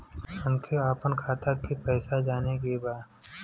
हमके आपन खाता के पैसा जाने के बा